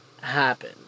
happen